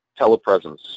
telepresence